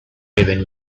even